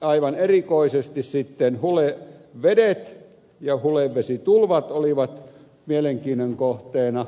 aivan erikoisesti sitten hulevedet ja hulevesitulvat olivat mielenkiinnon kohteena